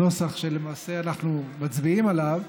הנוסח שלמעשה אנחנו מצביעים עליו,